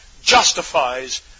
justifies